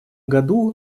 году